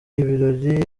ibirori